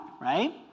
right